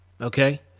Okay